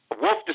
Wolf